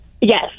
Yes